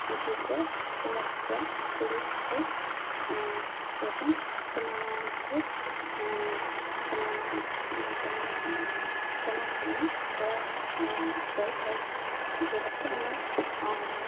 ସମସ୍ୟାଗୁଡ଼ିକ ଏବଂ ସେମାନଙ୍କୁ ସେମାନ ସେମାନେ ସମାଧାନ କରାଯାଇଥାଏ ଯେଉଁଟାକି ଆମର